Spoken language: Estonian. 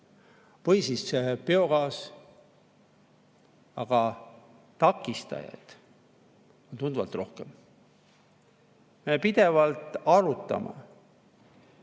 või siis biogaas. Aga takistajaid on tunduvalt rohkem. Me pidevalt arutame,